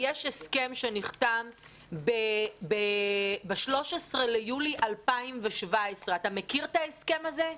יש הסכם שנחתם ב-13 ביולי 2017. אתה מכיר את ההסכם הזה?